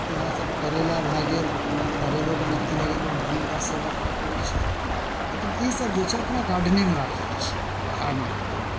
इएहसभ करैला भए गेल करैलोके लत्ती लगेलहुँ ओहोमे बड़ सेवा करय पड़ै छै लेकिन ईसभ जे छै अपना गार्डनेमे राखै छी बाहर नहि रखलहुँ